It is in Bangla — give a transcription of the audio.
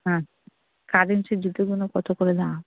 হ্যাঁ কাজের যে জুতোগুলো কত করে দাম